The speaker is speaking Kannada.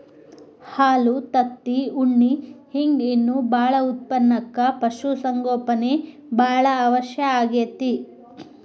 ಹಾಲು ತತ್ತಿ ಉಣ್ಣಿ ಹಿಂಗ್ ಇನ್ನೂ ಬಾಳ ಉತ್ಪನಕ್ಕ ಪಶು ಸಂಗೋಪನೆ ಬಾಳ ಅವಶ್ಯ ಆಗೇತಿ